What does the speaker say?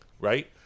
Right